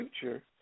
future